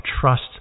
trust